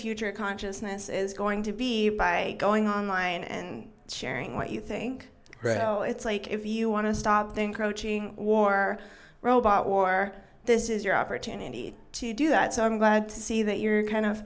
future of consciousness is going to be by going online and sharing what you think right now it's like if you want to stop think coaching war robot war this is your opportunity to do that so i'm glad to see that you're kind of